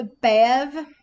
bev